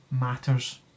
matters